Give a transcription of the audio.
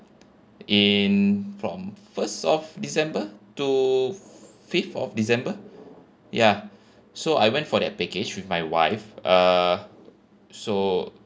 in from first of december to fifth of december ya so I went for that package with my wife uh so